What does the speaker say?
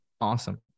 awesome